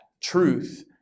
truth